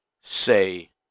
say